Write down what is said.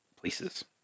places